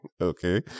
Okay